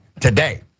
today